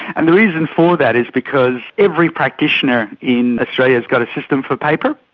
and the reason for that is because every practitioner in australia has got a system for paper.